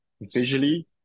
visually